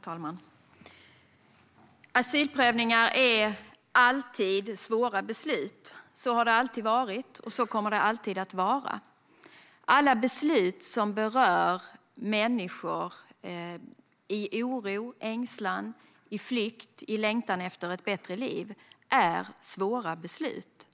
Herr talman! Asylprövningar innebär alltid svåra beslut. Så har det alltid varit, och så kommer det alltid att vara. Alla beslut som berör människor i oro, i ängslan, på flykt och i längtan efter ett bättre liv är svåra beslut.